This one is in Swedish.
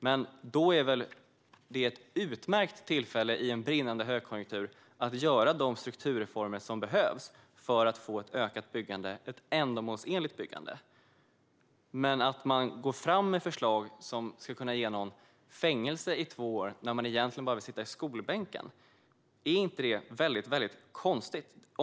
Men det är väl ett utmärkt tillfälle att i brinnande högkonjunktur göra de strukturreformer som behövs för att få ett ökat och ändamålsenligt byggande? Att gå fram med förslag som skulle kunna ge någon fängelse i två år när personen egentligen bara vill sitta i skolbänken - är inte det väldigt konstigt?